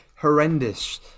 horrendous